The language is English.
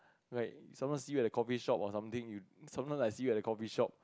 right someone see you at the coffee shop or something you sometimes I see you at the coffee shop